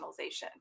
personalization